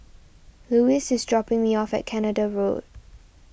Lewis is dropping me off at Canada Road